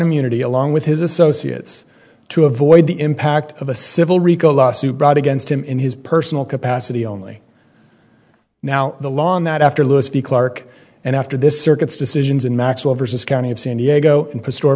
immunity along with his associates to avoid the impact of a civil rico lawsuit brought against him in his personal capacity only now the law on that after louis b clarke and after this circuits decisions in maxwell versus county of san diego and to store